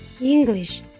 English